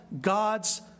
God's